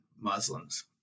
Muslims